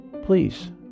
Please